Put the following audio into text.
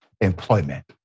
employment